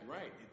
right